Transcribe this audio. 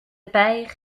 peur